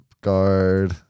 guard